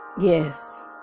Yes